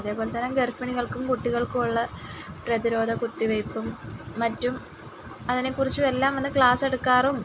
അതേപോലെതന്നെ ഗർഭിണികൾക്കും കുട്ടികൾക്കുമുള്ള പ്രതിരോധ കുത്തിവയ്പ്പും മറ്റും അതിനെക്കുറിച്ചും എല്ലാം വന്ന് ക്ലാസ്സ് എടുക്കാറും